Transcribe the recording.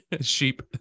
Sheep